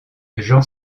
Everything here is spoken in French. jean